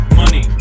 money